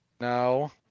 No